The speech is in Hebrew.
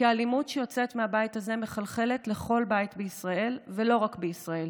כי האלימות שיוצאת מהבית הזה מחלחלת לכל בית בישראל ולא רק בישראל,